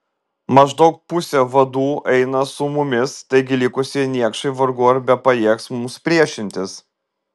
maždaug pusė vadų eina su mumis taigi likusieji niekšai vargu ar bepajėgs mums priešintis